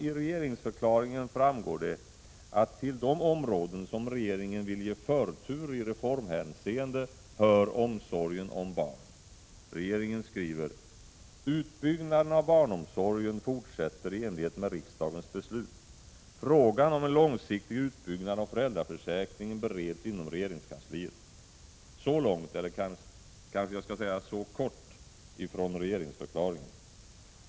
I regeringsförklaringen framgår det att till de områden som regeringen vill ge förtur i reformhänseende hör omsorgen om barn. Regeringen skriver: ”Utbyggnaden av barnomsorgen fortsätter i enlighet med riksdagens beslut. Frågan om en långsiktig utbyggnad av föräldraförsäkringen bereds inom regeringskansliet.” Så långt — eller kanske jag skall säga så kort — regeringsförklaringen.